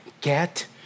get